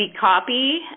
copy